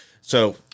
So-